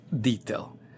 detail